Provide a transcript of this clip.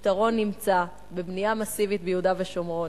הפתרון נמצא בבנייה מסיבית ביהודה ושומרון.